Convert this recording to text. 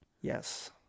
yes